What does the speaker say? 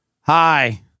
Hi